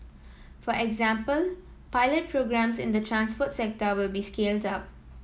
for example pilot programmes in the transport sector will be scaled up